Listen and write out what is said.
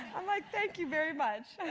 i'm like, thank you very much.